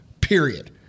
Period